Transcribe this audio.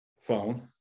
phone